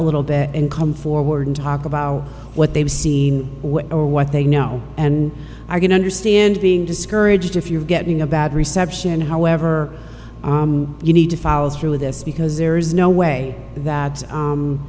a little bit and come forward and talk about what they've seen or what they know and i can understand being discouraged if you're getting a bad reception however you need to follow through with this because there is no way that